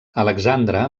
alexandre